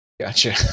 Gotcha